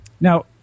Now